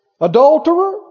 adulterer